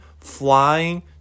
flying